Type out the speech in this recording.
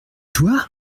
toi